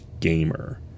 gamer